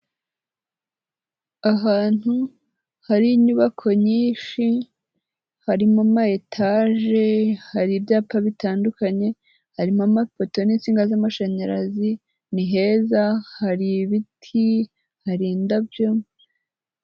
Ahantu hari inyubako nyinshi harimo, ama etage, hari ibyapa bitandukanye, harimo amapoto n'insinga z'amashanyarazi, ni heza, hari ibiti, hari indabyo...